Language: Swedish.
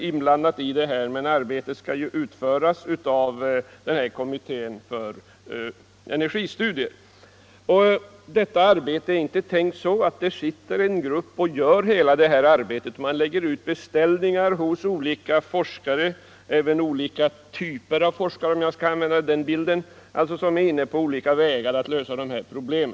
Tanken är emellertid inte att en grupp skall göra hela detta arbete, utan man lägger ut beställningar hos olika forskare, som är inne på olika vägar för att lösa dessa problem.